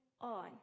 on